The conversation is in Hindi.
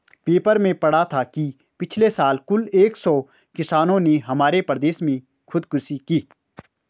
पेपर में पढ़ा था कि पिछले साल कुल एक सौ किसानों ने हमारे प्रदेश में खुदकुशी की